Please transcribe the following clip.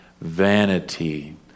vanity